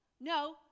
No